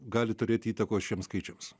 gali turėti įtakos šiems skaičiams